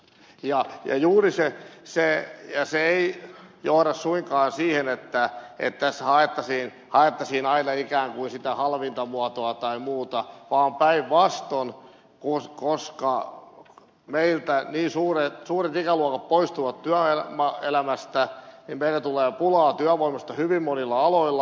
ja se ei johda suinkaan siihen että tässä haettaisiin aina ikään kuin sitä halvinta muotoa tai muuta vaan päinvastoin koska meiltä suuret ikäluokat poistuvat työelämästä niin meille tulee pulaa työvoimasta hyvin monilla aloilla